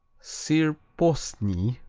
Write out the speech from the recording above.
sir posny